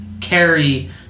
carry